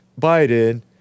Biden